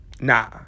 Nah